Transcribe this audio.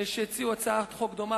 שהציעו הצעת חוק דומה